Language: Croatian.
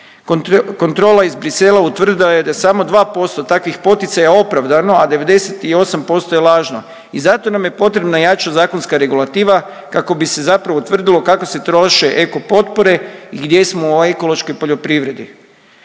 Kontrola iz Bruxellesa utvrdila je da je samo 2% takvih poticaja opravdano, a 98% je lažno i zato nam je potrebna jača zakonska regulativa kako bi se zapravo utvrdila kako se troše ekopotpore i gdje smo u ekološkoj poljoprivredi.